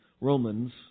Romans